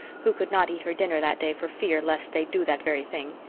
who could not eat her dinner that day for fear lest they do that very thing.